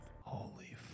Holy